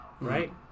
right